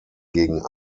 gegen